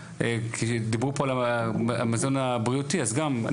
דיברו פה על המזון הבריאות אז גם,